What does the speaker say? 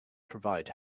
provide